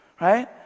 Right